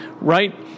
right